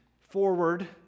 forward